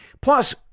Plus